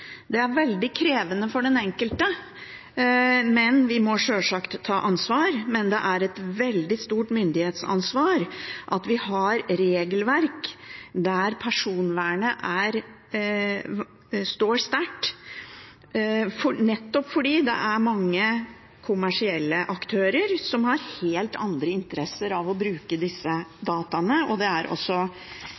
Det er veldig krevende for den enkelte. Vi må sjølsagt ta ansvar, men det er et veldig stort myndighetsansvar at vi har regelverk der personvernet står sterkt, nettopp fordi det er mange kommersielle aktører som har helt andre interesser av å bruke disse dataene. Det er også